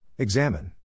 Examine